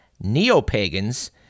neo-pagans